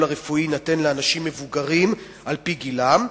הרפואי יינתן לאנשים מבוגרים על-פי גילם,